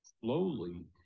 Slowly